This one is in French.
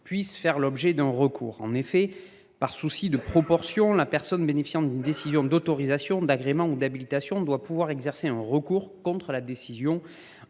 puissent faire l’objet d’un recours. Par souci de proportion, la personne bénéficiant d’une décision d’autorisation, d’agrément ou d’habilitation doit pouvoir exercer un recours contre la décision